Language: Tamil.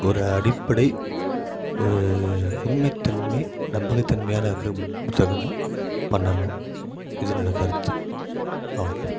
ஒரு அடிப்படை ஒரு உண்மைத்தன்மை நம்பகத்தன்மையான இருக்கற புத்தகமாக பண்ணணும் இது என்னோடய கருத்து அவ்வளதான்